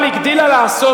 אבל הגדילה לעשות,